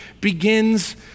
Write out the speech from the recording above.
begins